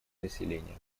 населения